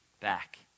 back